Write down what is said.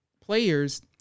players